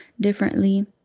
differently